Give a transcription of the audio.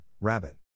Rabbit